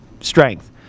strength